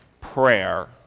prayer